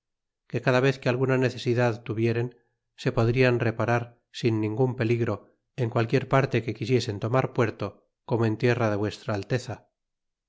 que cada vez que alguna necesidad tuviesen se podrían reparar sin ningun peligro en qualquiera parte que quisiesen tomar puerto como en tierra de vuestra alteza